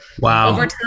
Wow